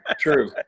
true